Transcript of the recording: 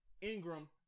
Ingram